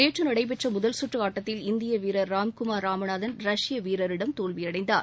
நேற்று நடைபெற்ற முதல் சுற்று ஆட்டத்தில் இந்திய வீரர் ராம்குமார் ராமநாதன் ரஷ்ய வீரரிடம் தோல்வியடைந்தார்